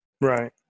Right